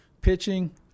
Pitching